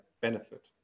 benefit